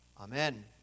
Amen